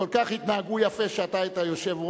כל כך יפה התנהגו כשאתה היית יושב-ראש,